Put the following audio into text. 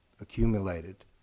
accumulated